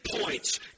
points